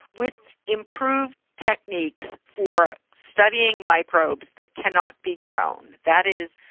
with improved techniques for studying microbes that cannot be grown. that is,